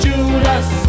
Judas